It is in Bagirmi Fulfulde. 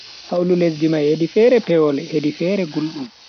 Hawlu lesdi mai hedi fere pewol hedi fere guldum.